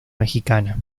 mexicana